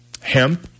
hemp